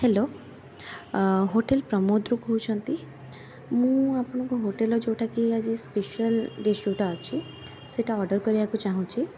hello hotel ପ୍ରମୋଦରୁ କହୁଛନ୍ତି ମୁଁ ଆପଣଙ୍କ ହୋଟେଲ୍ର ଯେଉଁଟାକି ଆଜି ସ୍ପେଶିଆଲ୍ ଡିସ୍ଟା ଅଛି ସେଇଟା ଅର୍ଡ଼ର୍ କରିବାକୁ ଚାହୁଁଛି